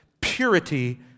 purity